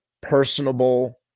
personable